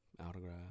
autograph